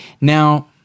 now